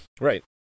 right